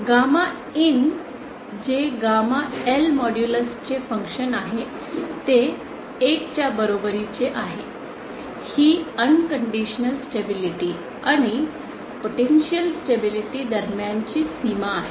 gamma IN जे gamma L modulus चे function आहे ते 1 बरोबरीची आहे ही अनकंडिशनल स्टेबिलिटी आणि पोटेंशिअल इन्स्टेबिलिटी दरम्यानची सीमा आहे